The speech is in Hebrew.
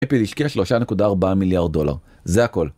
אפל השקיע 3.4 מיליארד דולר, זה הכל.